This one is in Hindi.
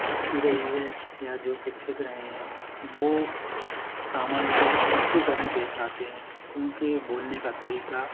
अच्छी रही है या जो शिक्षित रहे हैं वो समाज में अच्छी तरह पेश आते हैं उनके बोलने का तरीका